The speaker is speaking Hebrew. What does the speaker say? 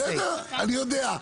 אני יודע.